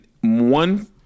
one